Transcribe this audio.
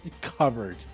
Covered